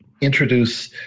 introduce